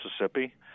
mississippi